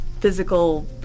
physical